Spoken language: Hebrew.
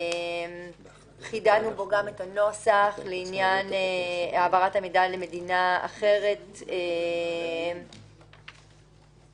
חידדנו את הנוסח לעניין העברת המידע למדינה אחרת בהתאם לאיך שזה